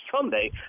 Sunday